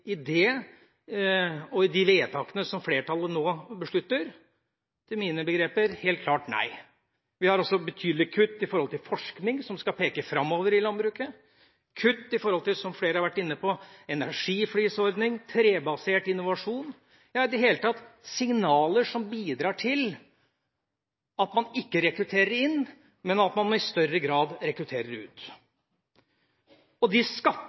det og i de vedtakene som flertallet nå beslutter? Etter mine begreper er svaret helt klart nei. Vi har også betydelige kutt når det gjelder forskning som skal peke framover i landbruket, kutt når det gjelder – som flere har vært inne på – energiflisordningen og trebasert innovasjon. Det er i det hele tatt signaler som bidrar til at man ikke rekrutterer inn, men at man i større grad rekrutterer ut. De